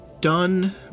done